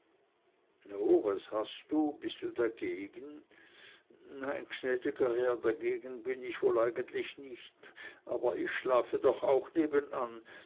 was hast du bist du dagegen nein gnäd'ger herr dagegen bin ich wohl eigentlich nich aber ich schlafe doch auch nebenan